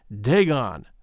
Dagon